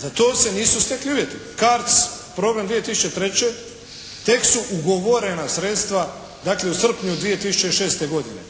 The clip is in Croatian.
Za to se nisu stekli uvjeti. «CARDS», program 2003. tek su ugovorena sredstva dakle u srpnju 2006. godine.